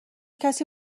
کسی